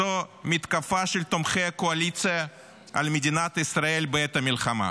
זו מתקפה של תומכי הקואליציה על מדינת ישראל בעת המלחמה,